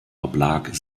oblag